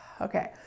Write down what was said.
Okay